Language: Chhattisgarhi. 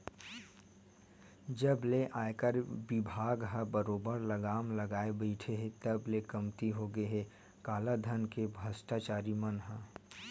जब ले आयकर बिभाग ह बरोबर लगाम लगाए बइठे हे तब ले कमती होगे हे कालाधन के भस्टाचारी मन ह